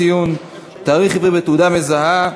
ציון תאריך עברי בתעודה מזהה),